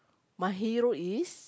my hero is